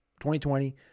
2020